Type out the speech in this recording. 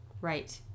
Right